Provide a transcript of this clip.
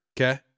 Okay